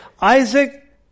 Isaac